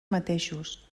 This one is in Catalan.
mateixos